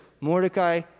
Mordecai